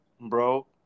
bro